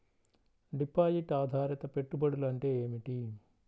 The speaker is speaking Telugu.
డిపాజిట్ ఆధారిత పెట్టుబడులు అంటే ఏమిటి?